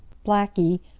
blackie,